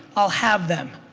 i'll have them.